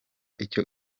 icyo